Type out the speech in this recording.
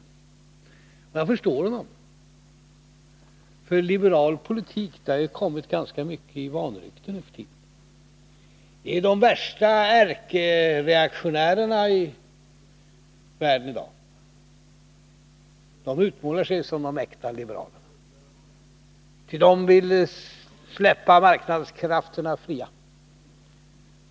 Och jag förstår honom, för liberal politik har ju numera kommit ganska mycket i vanrykte. De värsta ärkereaktionärerna i världen i dag utmålar sig som äkta liberaler. De vill släppa marknadskrafterna fria.